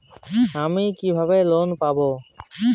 আমি কিভাবে লোন পাব?